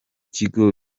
kigo